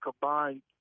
combined